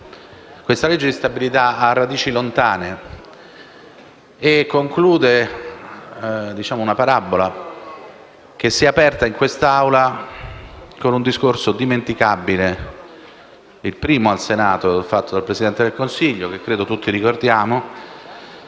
di legge di bilancio in esame ha radici lontane e conclude una parabola che si è aperta in quest'Assemblea con un discorso dimenticabile, il primo fatto al Senato dal Presidente del Consiglio, che credo tutti ricordiamo: